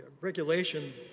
regulation